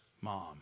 mom